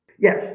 yes